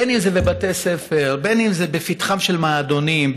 בין שזה בבתי ספר ובין שזה בפתחם של מועדונים,